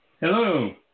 Hello